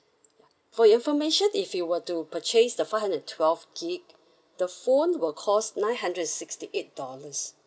for your information if you were to purchase the five hundred and twelve gigabyte the phone will cost nine hundred and sixty eight dollars